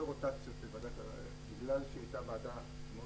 רוטציות בוועדה בגלל שהיא הייתה ועדה מאוד